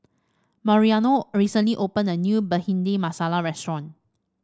Mariano recently opened a new Bhindi Masala restaurant